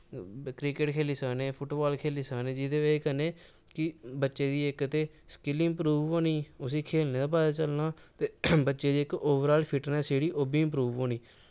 cricket खेली सकने football खेली सकने जेह्दी बजह् कन्नै बच्चे दी इक ते स्किल इंप्रूब होनी उस्सी खेलने दा पता चलना ते बच्चे दी ओवर ऑल फिट्टनैस ओह् बी इंप्रूव होनी